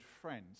friends